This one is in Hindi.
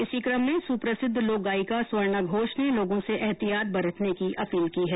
इसी कम में सुप्रसिद्ध लोक गायिका स्वर्णा घोष ने लोगों से एहतियात बरतने की अपील की है